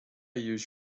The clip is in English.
use